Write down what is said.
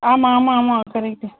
ஆமாம் ஆமாம் ஆமாம் கரெக்டு